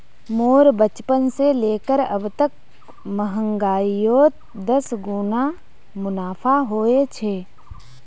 मोर बचपन से लेकर अब तक महंगाईयोत दस गुना मुनाफा होए छे